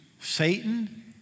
Satan